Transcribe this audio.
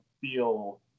feel